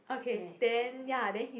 okay then ya then he's